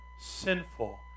sinful